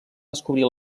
descobrir